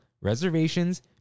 reservations